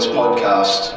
podcast